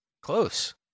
Close